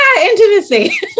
intimacy